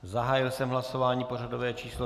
Zahájil jsem hlasování pořadové číslo 178.